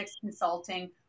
Consulting